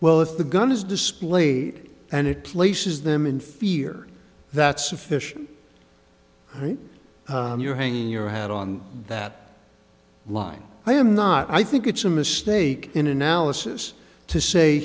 well if the gun is displayed and it places them in fear that's sufficient right you're hanging your hat on that line i am not i think it's a mistake in analysis to say